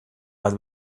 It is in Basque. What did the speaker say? bat